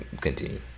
Continue